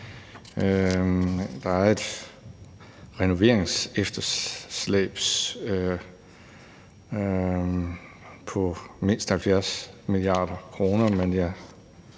Der er et renoveringsefterslæb på mindst 70 mia. kr., men jeg